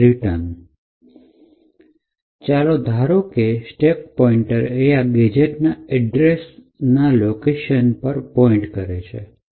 અને ચાલો ધારો કે સ્ટેક પોઇન્ટર એ આ ગેજેટ ના એડ્રેસ ના લોકેશન પર પોઇન્ટ કરે છે